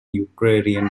ukrainian